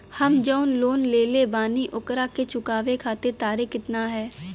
हम जवन लोन लेले बानी ओकरा के चुकावे अंतिम तारीख कितना हैं?